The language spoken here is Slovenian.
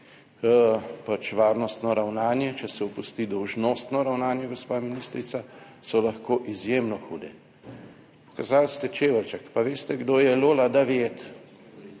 varnostno ravnanje, če se opusti dolžnostno ravnanje, gospa ministrica, so lahko izjemno hude. Pokazali ste čeveljček, pa veste, kdo je Lola Daviet?